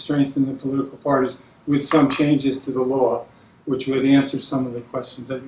strengthen the political parties with some changes to the law which would answer some of the questions that